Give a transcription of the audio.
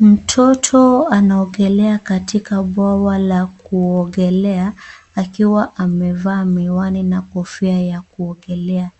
Mtoto anaogelea katika bwawa la kuogelea akiwa amevaa miwani na kofia ya kuogelea.